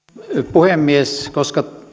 puhemies koska